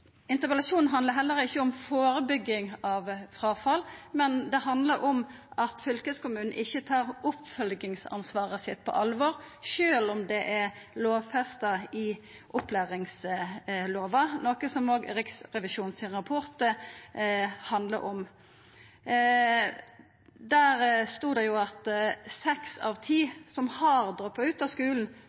handlar heller ikkje om førebygging av fråfall, men han handlar om at fylkeskommunen ikkje tar oppfølgingsansvaret sitt på alvor sjølv om det er lovfesta i opplæringslova, noko som også Riksrevisjonens rapport handlar om. Der sto det at seks av ti som har droppa ut av skulen,